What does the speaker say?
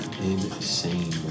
insane